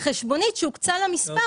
חשבונית שהוקצה לה מספר,